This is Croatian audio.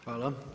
Hvala.